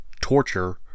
torture